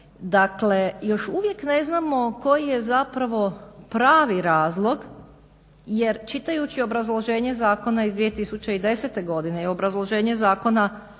Dakle, još uvijek ne znamo koji je zapravo pravi razlog jer čitajući obrazloženje zakona iz 2010. godine i obrazloženje zakona